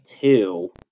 two